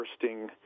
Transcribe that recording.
bursting